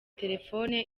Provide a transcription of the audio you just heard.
telefone